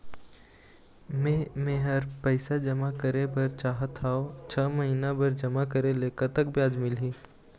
मे मेहर पैसा जमा करें बर चाहत हाव, छह महिना बर जमा करे ले कतक ब्याज मिलही?